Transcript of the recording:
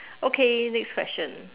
okay next question